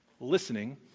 listening